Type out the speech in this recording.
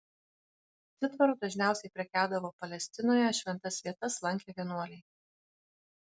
citvaru dažniausiai prekiaudavo palestinoje šventas vietas lankę vienuoliai